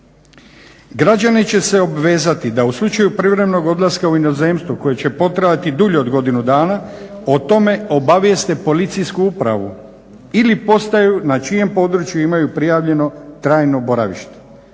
Građani će se obvezati da u slučaju privremenog odlaska u inozemstvo koje će potrajati dulje od godinu dana o tome obavijeste policijsku upravu ili postaju na čijem području imaju prijavljeno trajno boravište